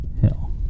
Hill